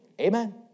Amen